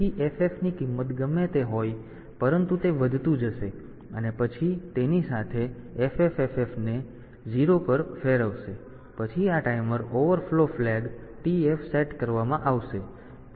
તેથી FF થી કિંમત ગમે તે હોય પરંતુ તે વધતું જશે અને પછી તેની સાથે FFFF થી 0 પર ફેરવાશે પછી આ timer overflow flag TF set કરવામાં આવશે